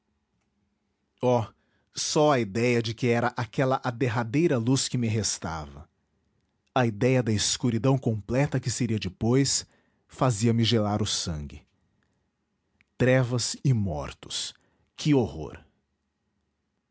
oh só a idéia de que era aquela a derradeira luz que me restava a idéia da escuridão completa que seria depois fazia-me gelar o sangue trevas e mortos que horror